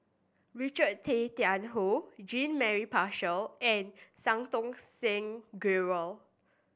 Richard Tay Tian Hoe Jean Mary Marshall and Santokh Singh Grewal